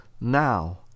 now